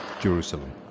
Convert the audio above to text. Jerusalem